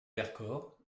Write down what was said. vercors